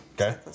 Okay